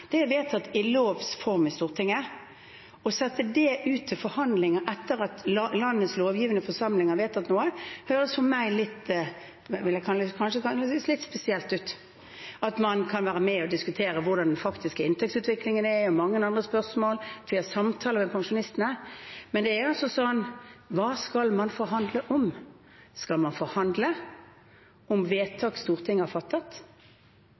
er vedtatt i lovs form i Stortinget. Å sette det ut til forhandlinger etter at landets lovgivende forsamling har vedtatt noe, høres for meg litt spesielt ut, kan jeg kanskje kalle det. Man kan være med og diskutere hvordan den faktiske inntektsutviklingen er, og mange andre spørsmål, og ha samtaler med pensjonistene. Men det er altså sånn: Hva skal man forhandle om? Skal man forhandle om vedtak Stortinget har fattet?